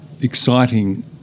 exciting